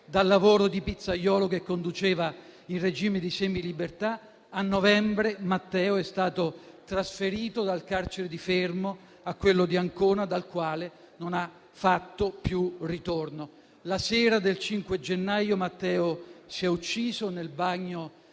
dal lavoro di pizzaiolo che conduceva in regime di semilibertà), è stato trasferito dal carcere di Fermo a quello di Ancona, dal quale non ha fatto più ritorno. La sera del 5 gennaio Matteo si è ucciso nel bagno